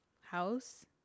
house